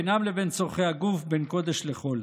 בינם לבין צורכי הגוף, בין קודש לחול.